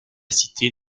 cité